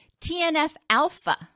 TNF-alpha